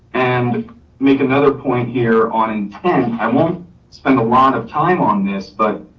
and make another point here on intent. i won't spend a lot of time on this, but